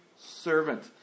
servant